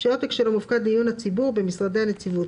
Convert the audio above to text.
שעותק שלו מופקד לעיון הציבור במשרדי הנציבות,